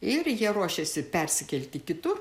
ir jie ruošėsi persikelti kitur